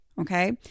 Okay